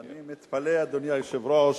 אני מתפלא, אדוני היושב-ראש,